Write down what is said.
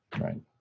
right